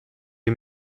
you